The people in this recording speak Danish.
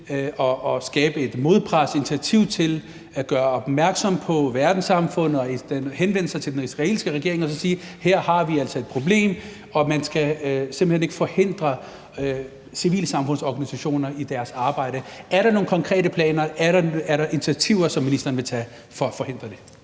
at skabe et modpres, initiativ til at gøre opmærksom på verdenssamfundet, og henvende sig til den israelske regering og sige: Her har vi altså et problem, og at man simpelt hen ikke skal forhindre civilsamfundsorganisationer i deres arbejde. Er der nogen konkrete planer? Er der initiativer, som ministeren vil tage for at forhindre det?